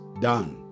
done